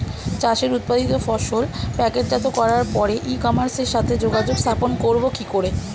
চাষের উৎপাদিত ফসল প্যাকেটজাত করার পরে ই কমার্সের সাথে যোগাযোগ স্থাপন করব কি করে?